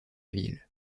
ville